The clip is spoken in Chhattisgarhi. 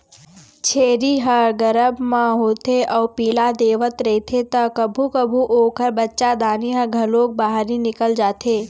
छेरी ह गरभ म होथे अउ पिला देवत रहिथे त कभू कभू ओखर बच्चादानी ह घलोक बाहिर निकल जाथे